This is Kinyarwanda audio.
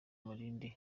umurindi